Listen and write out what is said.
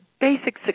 basic